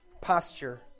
posture